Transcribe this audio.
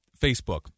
Facebook